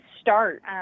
start